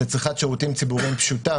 זה צריכת שירותים פשוטה.